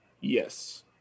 Yes